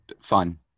fun